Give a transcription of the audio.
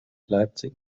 leipzig